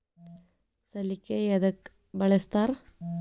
ಸಲಿಕೆ ಯದಕ್ ಬಳಸ್ತಾರ?